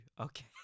okay